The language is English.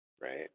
right